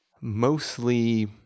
mostly